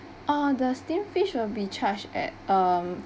uh the steam fish will be charged at um